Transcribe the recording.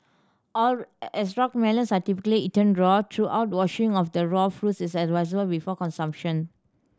are as rock melons are typically eaten raw thorough washing of the raw fruits is advisable before consumption